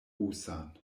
rusan